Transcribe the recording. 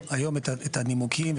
את הנימוקים,